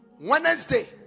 Wednesday